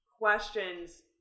questions